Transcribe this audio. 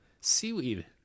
Seaweed